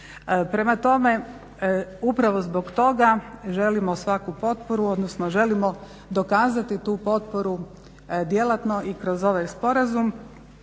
Prema tome, upravo zbog toga želimo svaku potporu, odnosno želimo dokazati tu potporu djelatno i kroz ovaj sporazum.